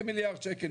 כמיליארד שקל,